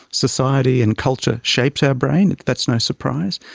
society and culture shapes our brain, that's no surprise.